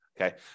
Okay